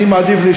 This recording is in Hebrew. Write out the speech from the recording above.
זו בעיה קשה.